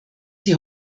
sie